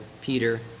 Peter